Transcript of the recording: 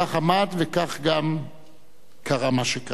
כך עמד וכך גם קרה מה שקרה.